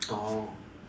orh